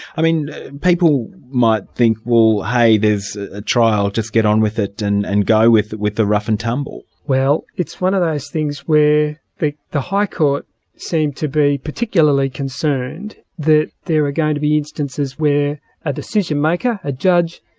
i mean people might think well hey, there's a trial, just get on with it and and go with with the rough and tumble. well it's one of those things where the the high court seemed to be particularly concerned that there are going to be instances where a decision-maker, a judge,